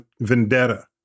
vendetta